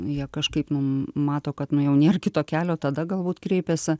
jie kažkaip mum mato kad nu jau nėr kito kelio tada galbūt kreipiasi